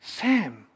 Sam